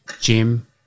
Jim